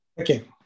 okay